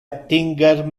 attinger